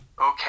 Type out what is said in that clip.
Okay